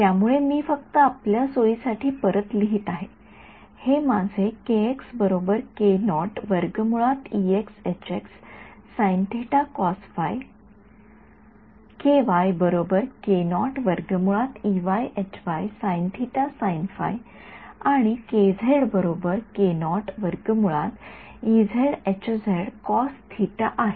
त्यामुळे मी फक्त आपल्या सोयीसाठी परत लिहीत आहे हे माझे आणि आहे